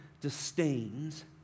disdains